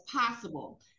possible